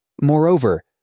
Moreover